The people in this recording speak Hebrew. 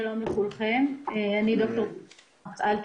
שלום לכולכם, אני ד"ר אלטשולר,